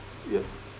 yeah